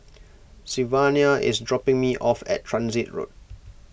Sylvania is dropping me off at Transit Road